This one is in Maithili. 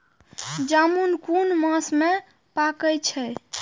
जामून कुन मास में पाके छै?